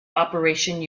operation